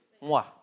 moi